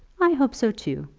i hope so too.